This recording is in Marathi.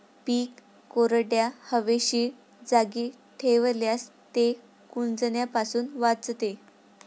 पीक कोरड्या, हवेशीर जागी ठेवल्यास ते कुजण्यापासून वाचते